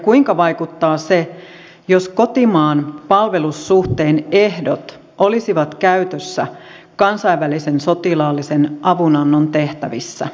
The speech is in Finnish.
kuinka vaikuttaa se jos kotimaan palvelussuhteen ehdot olisivat käytössä kansainvälisen sotilaallisen avunannon tehtävissä